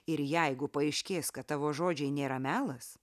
ir jeigu paaiškės kad tavo žodžiai nėra melas